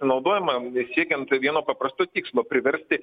naudojama siekiant vieno paprasto tikslo priversti